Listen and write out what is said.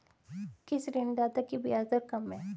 किस ऋणदाता की ब्याज दर कम है?